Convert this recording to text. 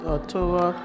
October